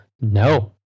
No